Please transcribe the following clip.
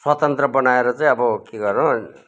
स्वतन्त्र बनाएर चाहिँ अब के गर्नु